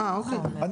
אוקיי,